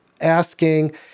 asking